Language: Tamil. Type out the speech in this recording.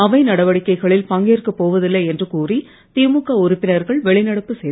அவை நடவடிக்கைகளில் பங்கேற்கப் போவதில்லை என்று கூறி திமுக உறுப்பினர்கள் வெளிநடப்பு செய்தனர்